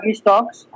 stocks